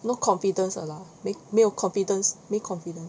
no confidence 的 lah 没没有 confidence 没 confidence